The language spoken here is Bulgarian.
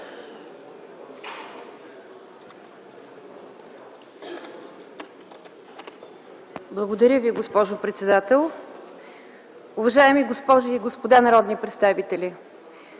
Благодаря, уважаема госпожо председател. Уважаеми госпожи и господа народни представители!